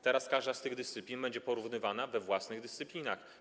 Teraz każda z tych dyscyplin będzie porównywana we własnych dyscyplinach.